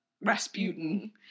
Rasputin